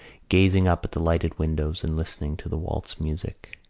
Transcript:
gazing up at the lighted windows and listening to the waltz music.